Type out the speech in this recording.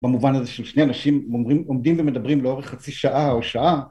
במובן הזה ששני אנשים עומדים ומדברים לאורך חצי שעה או שעה